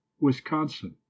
Wisconsin